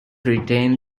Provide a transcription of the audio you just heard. retained